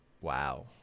Wow